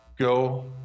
go